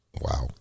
wow